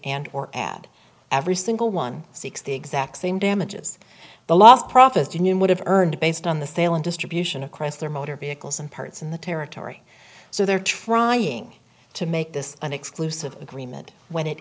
and or add every single one seeks the exact same damages the lost profits union would have earned based on the sale and distribution of chrysler motor vehicles and parts in the territory so they're trying to make this an exclusive agreement when it